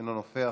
אינו נוכח,